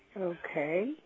okay